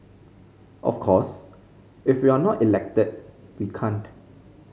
of course if we're not elected we can't